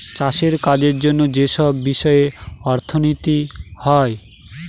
চাষের কাজের জন্য যেসব বিষয়ে অর্থনীতি হয়